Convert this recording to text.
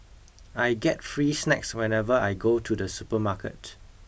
I get free snacks whenever I go to the supermarket